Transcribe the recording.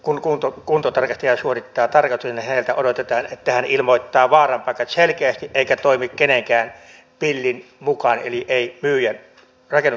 kun kuntotarkastaja suorittaa tarkastuksen niin häneltä odotetaan että hän ilmoittaa vaaran paikat selkeästi eikä toimi kenenkään pillin mukaan eli ei rakennuksen myyjän mukaan